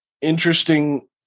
interesting